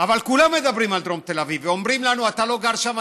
אבל כולם מדברים על דרום תל אביב ואומרים לנו: אתה לא גר שם,